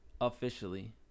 officially